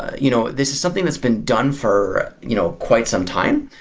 you know this is something that's been done for you know quite some time,